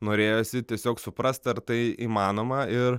norėjosi tiesiog suprast ar tai įmanoma ir